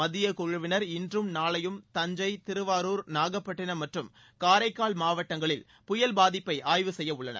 மத்தியக் குழுவினர் இன்றும் நாளையும் தஞ்சை திருவாரூர் நாகப்பட்டினம் மற்றும் காரைக்கால் மாவட்டங்களில் புயல் பாதிப்பை ஆய்வு செய்ய உள்ளனர்